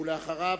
ואחריו,